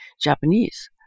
Japanese